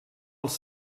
als